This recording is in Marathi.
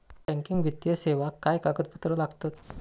बँकिंग वित्तीय सेवाक काय कागदपत्र लागतत?